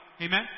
Amen